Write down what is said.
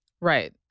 Right